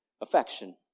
affection